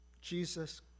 Jesus